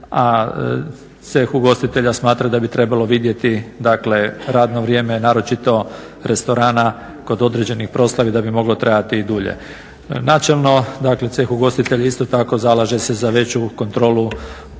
a ceh ugostitelja smatra da bi trebalo vidjeti radno vrijeme naročito restorana kod određenih proslova da bi moglo trajati i dulje. Načelno dakle ceh ugostitelja isto tako zalaže se za veću kontrolu